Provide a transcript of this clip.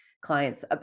clients